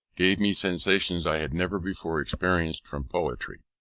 gave me sensations i had never before experienced from poetry.